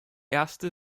erste